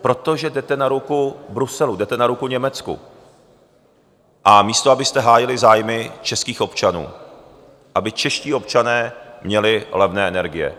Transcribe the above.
Protože jdete na ruku Bruselu, jdete na ruku Německu, místo abyste hájili zájmy českých občanů, aby čeští občané měli levné energie.